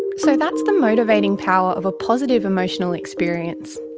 so that's the motivating power of a positive emotional experience.